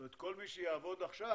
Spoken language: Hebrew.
כלומר כל מי שיעבוד עכשיו,